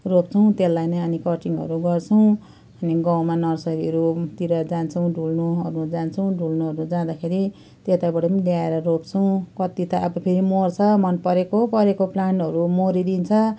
रोप्छौँ त्यसलाई नै अनि कटिङहरू गर्छौँ अनि गाउँमा नर्सरीहरूतिर जान्छौँ ढुल्नु ओर्नु जान्छौँ ढुल्नु ओर्नु जाँदाखेरि त्यताबाट ल्याएर रोप्छौँ कति त अब फेरि मर्छ मन परेको परेको प्लान्टहरू मरिदिन्छ